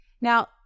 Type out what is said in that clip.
Now